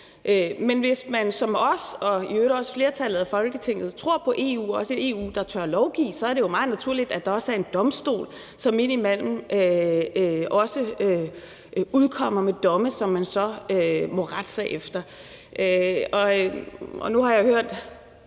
Men hvis man som os og i øvrigt også flertallet af Folketinget tror på EU, også et EU, der tør lovgive, er det jo meget naturligt, at der også er en domstol, som indimellem kommer med domme, som man så må rette sig efter. Nu har jeg hørt